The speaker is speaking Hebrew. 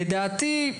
לדעתי,